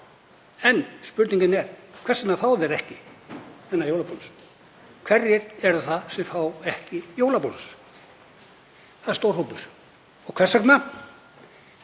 En spurningin er: Hvers vegna fá þeir ekki þennan jólabónus? Hverjir eru það sem fá ekki jólabónus? Það er stór hópur. Hvers vegna?